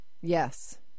Yes